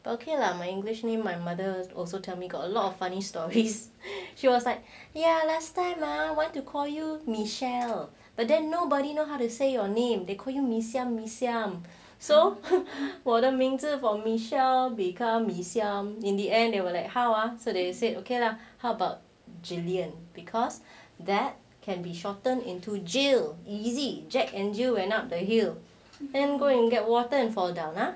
but okay lah my english name my mother also tell me got a lot of funny stories she was like ya last time I wanted to call you michelle but then nobody know how to say your name they call you mee siam mee siam so 我的名字 for michelle become mee siam in the end they were like how are so they said okay lah how gillian because that can be shortened into jill easy jack and jill went up the hill and go get water and fall down lah as shortened into jill easy jack and jill went up the hill and go and get water and fall down lah